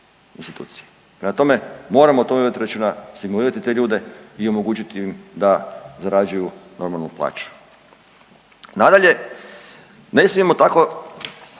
instituciji. Prema tome, moramo o tome voditi računa, stimulirati te ljude i omogućiti im da zarađuju normalnu plaću. Nadalje, ne smijemo tako